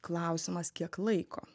klausimas kiek laiko